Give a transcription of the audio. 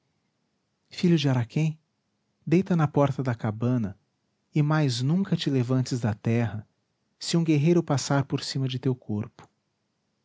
filho de araquém deita na porta da cabana e mais nunca te levantes da terra se um guerreiro passar por cima de teu corpo